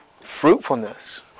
fruitfulness